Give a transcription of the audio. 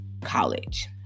college